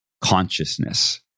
consciousness